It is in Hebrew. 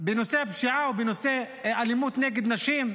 בנושא הפשיעה ובנושא האלימות נגד נשים,